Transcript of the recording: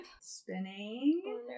Spinning